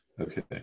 Okay